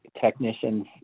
technicians